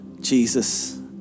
Jesus